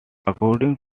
according